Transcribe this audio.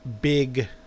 Big